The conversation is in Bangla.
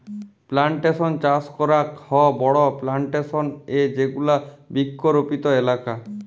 প্লানটেশন চাস করাক হ বড়ো প্লানটেশন এ যেগুলা বৃক্ষরোপিত এলাকা